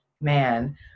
man